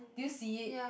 do you see it